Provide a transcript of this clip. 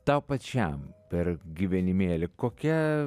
tau pačiam per gyvenimėlį kokia